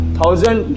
thousand